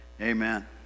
amen